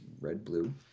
red-blue